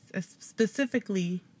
specifically